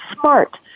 smart